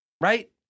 Right